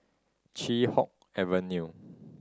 Chee Hoon Avenue